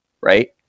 right